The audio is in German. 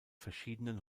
verschiedenen